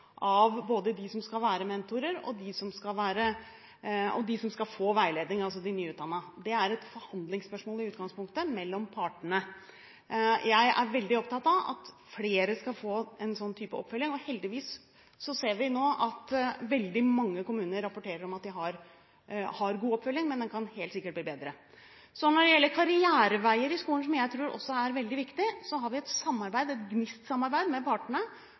av både dem som skal være mentorer, og dem som skal få veiledning – altså de nyutdannede. Det er i utgangspunktet et forhandlingsspørsmål mellom partene. Jeg er veldig opptatt av at flere skal få en sånn type oppfølging, og heldigvis ser vi nå at veldig mange kommuner rapporterer om at de har god oppfølging, men den kan helt sikkert bli bedre. Når det gjelder karriereveier i skolen, noe som jeg tror også er veldig viktig, har vi et samarbeid – et GNIST-samarbeid – med partene,